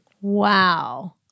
Wow